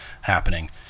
happening